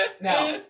Now